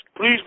Please